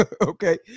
okay